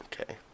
Okay